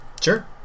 Sure